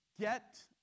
Get